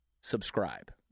subscribe